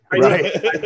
right